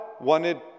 wanted